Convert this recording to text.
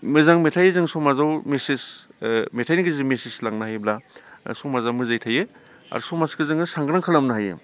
मोजां मेथाइ जों समाजाव मेथाइनि गेजेरजों मेसेज लांनो हायोब्ला समाजा मोजाङै थायो आरो समाजखौ जोङो सांग्रां खालामनो हायो